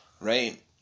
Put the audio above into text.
right